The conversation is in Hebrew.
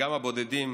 גם לחיילים הבודדים